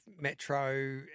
Metro